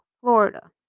Florida